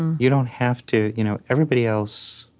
and you don't have to, you know everybody else,